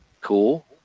Cool